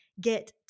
get